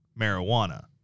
marijuana